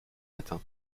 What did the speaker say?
matin